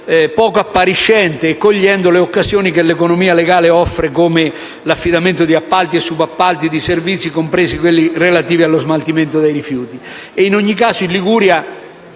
poco appariscente e cogliendo le occasioni che offre l'economia legale, come l'affidamento di appalti e subappalti di servizi, compresi quelli relativi allo smaltimento dei rifiuti.